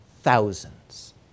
thousands